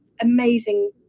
amazing